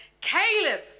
Caleb